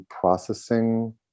processing